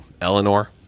Eleanor